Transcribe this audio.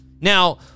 Now